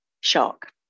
shock